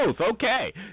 okay